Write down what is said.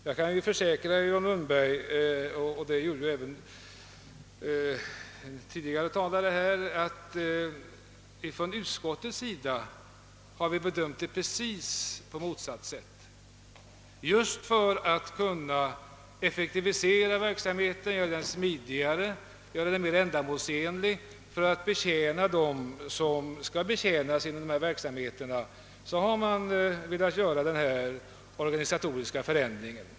Jag kan försäkra herr Lundberg — det gjorde ju även en tidigare talare — att vi i utskottet har bedömt saken på precis motsatt sätt: just för att kunna effektivera verksamheten, göra den smidigare och mer ändamålsenlig och för att kunna betjäna dem som skall betjänas genom denna verksamhet har vi velat vidta denna organisatoriska förändring.